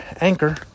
Anchor